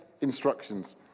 instructions